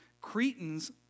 Cretans